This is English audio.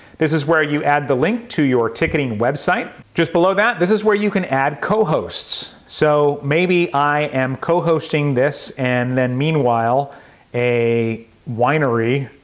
this is where you add the link to your ticketing website. just below that, this is where you can add co-hosts. so maybe i am co-hosting this, and then meanwhile a winery,